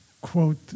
quote